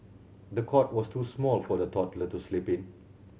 the cot was too small for the toddler to sleep in